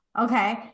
Okay